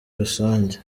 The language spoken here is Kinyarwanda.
rusange